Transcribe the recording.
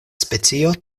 specio